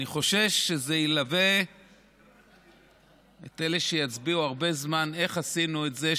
אני חושש שזה ילווה את אלה שיצביעו הרבה זמן: איך עשינו את זה?